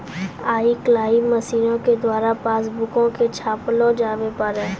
आइ काल्हि मशीनो के द्वारा पासबुको के छापलो जावै पारै